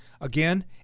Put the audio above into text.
Again